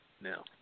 no